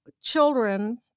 children